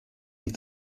die